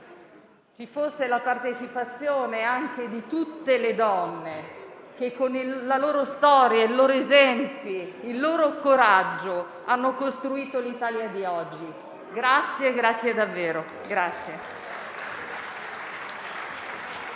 ci fosse la partecipazione anche di tutte le donne che con la loro storia, i loro esempi e il loro coraggio hanno costruito l'Italia di oggi.